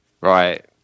right